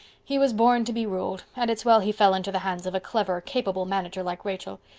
he was born to be ruled and it's well he fell into the hands of a clever, capable manager like rachel.